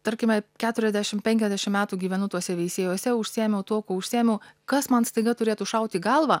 tarkime keturiasdešim penkiasdešim metų gyvenu tuose veisiejuose užsiėmiau tuo kuo užsiėmiau kas man staiga turėtų šaut į galvą